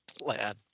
plan